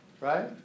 Right